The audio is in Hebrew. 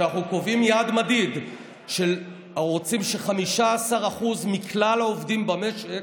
כשאנחנו קובעים יעד מדיד: רוצים ש-15% מכלל העובדים במשק